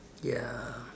ya